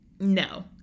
no